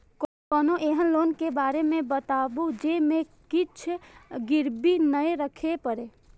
कोनो एहन लोन के बारे मे बताबु जे मे किछ गीरबी नय राखे परे?